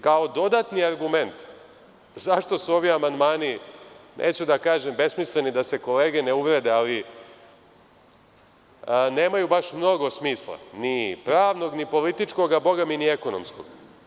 Kao dodatni argument zašto su ovi amandmani, neću da kažem besmisleni, da se kolege ne uvrede, ali nemaju baš mnogo smisla, ni pravnog, ni političkog, a boga mi ni ekonomskog.